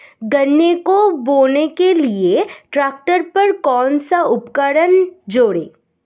गन्ने को बोने के लिये ट्रैक्टर पर कौन सा उपकरण जोड़ें?